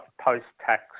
post-tax